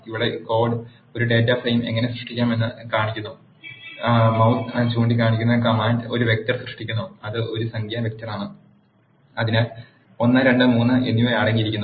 ഇവിടെ കോഡ് ഒരു data frame എങ്ങനെ സൃഷ്ടിക്കാമെന്ന് കാണിക്കുന്നു മൌസ് ചൂണ്ടിക്കാണിക്കുന്ന കമാൻഡ് ഒരു വെക്റ്റർ സൃഷ്ടിക്കുന്നു അത് ഒരു സംഖ്യാ വെക്റ്ററാണ് അതിൽ 1 2 3 എന്നിവ അടങ്ങിയിരിക്കുന്നു